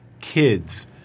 kids